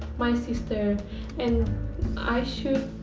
my sister and i should've